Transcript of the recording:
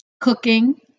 Cooking